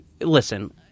Listen